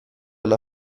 una